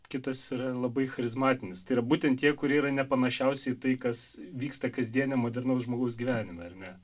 kitas yra labai charizmatinis tai yra būtent tie kurie yra nepanašiausi į tai kas vyksta kasdieniam modernaus žmogaus gyvenime ar ne